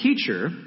teacher